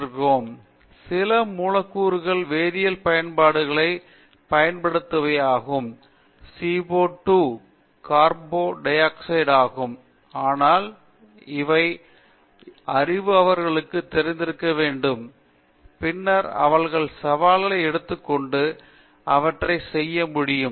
விஸ்வநாதன் சில மூலக்கூறுகள் வேதியியல் பயன்களைப் பயன்படுத்துபவையாகும் CO2 ஆகும் ஆனால் இந்த அறிவு அவர்களுக்குத் தெரிந்திருக்க வேண்டும் பின்னர் அவர்கள் சவாலை எடுத்துக் கொண்டு அவற்றைச் செய்ய முடியும்